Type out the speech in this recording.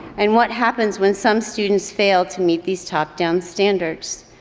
and what happens when some students fail to meet these top-down standards?